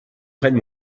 prenne